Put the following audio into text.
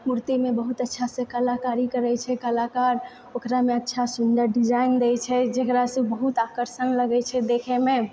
मूर्तिमे बहुत अच्छासँ कलाकारी करै छै कलाकार ओकरामे अच्छा सुन्दर डिजाइन दए छै जेकरासँ बहुत आकर्षण लगै छै देखैमे